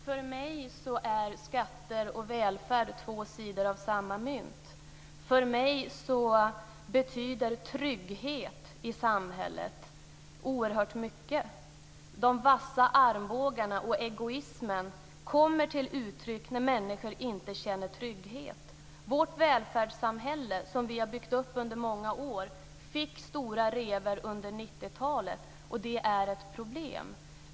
Fru talman! För mig är skatter och välfärd två sidor av samma mynt. För mig betyder trygghet i samhället oerhört mycket. De vassa armbågarna och egoismen kommer till uttryck när människor inte känner trygghet. Vårt välfärdssamhälle, som vi har byggt upp under många år, fick stora revor under 90-talet, och det är ett problem.